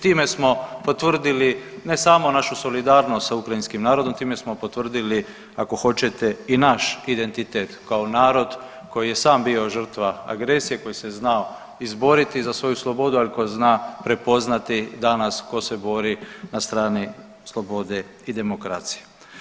Time smo potvrdili ne samo našu solidarnost sa ukrajinskim narodom, time smo potvrdili ako hoćete i naš identitet kao narod koji je sam bio žrtva agresije, koji se znao izboriti za svoju slobodu, ali koji zna prepoznati danas ko se bori na strani slobode i demokracije.